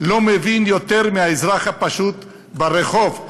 לא מבין יותר מהאזרח הפשוט ברחוב.